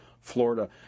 Florida